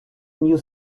new